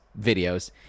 videos